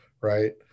right